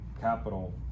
capital